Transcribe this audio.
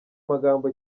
magambo